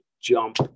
jump